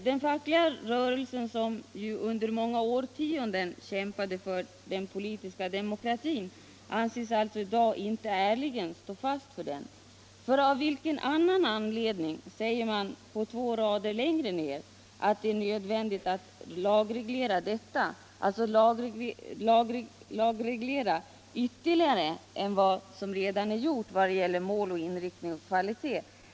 Den fackliga rörelsen, som under många årtionden kämpade för den politiska demokratin, anses alltså i dag inte ärligen stå för den. Av vilken annan anledning säger man två rader längre ner i reservationen att det är nödvändigt att reglera gränsdragningsfrågorna i lag; dvs. en ytterligare lagreglering än den som redan gjorts vad gäller mål, inriktning och kvalitet.